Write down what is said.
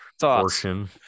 portion